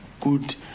good